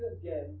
again